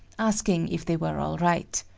asking if they were all right.